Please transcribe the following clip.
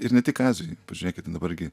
ir ne tik azijoj pažiūrėkite dabar gi